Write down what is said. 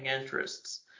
interests